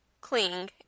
cling